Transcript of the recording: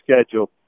schedule